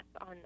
on